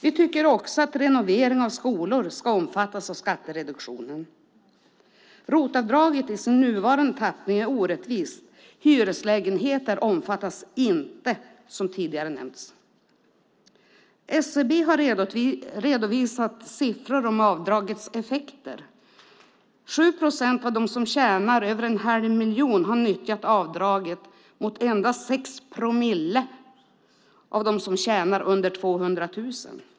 Vi tycker också att renovering av skolor ska omfattas av skattereduktionen. ROT-avdraget i sin nuvarande tappning är orättvist. Hyreslägenheter omfattas inte, som tidigare nämnts. SCB har redovisat siffror om avdragets effekter. 7 procent av dem som tjänar över en halv miljon har utnyttjat avdraget mot endast 6 promille av dem som tjänar under 200 000.